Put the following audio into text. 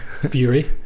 Fury